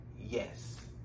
yes